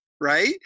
right